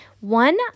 One